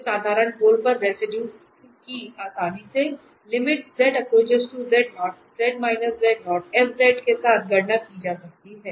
एक साधारण पोल पर रेसिडुए की आसानी से के साथ गणना की जा सकती है